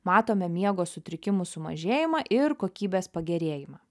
matome miego sutrikimų sumažėjimą ir kokybės pagerėjimą